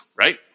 right